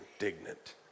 indignant